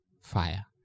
fire